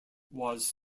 was